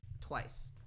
twice